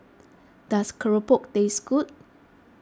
does Keropok taste good